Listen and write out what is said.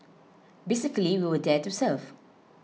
basically we were there to serve